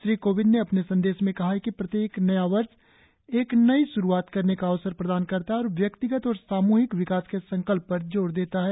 श्री रामनाथ कोविंद ने अपने संदेश में कहा कि प्रत्येक नया वर्ष एक नई श्रुआत करने का अवसर प्रदान करता है और व्यक्तिगत और साम्रहिक विकास के संकल्प पर जोर देता है